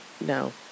no